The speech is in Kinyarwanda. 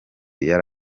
yari